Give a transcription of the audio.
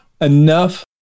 enough